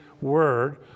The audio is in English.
word